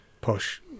posh